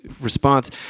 response